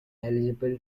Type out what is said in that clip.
eligible